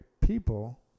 people